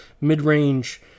mid-range